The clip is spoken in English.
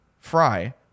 fry